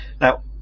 Now